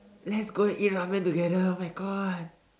let's go and eat ramen together oh my God